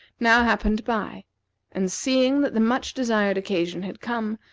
now happened by and seeing that the much-desired occasion had come,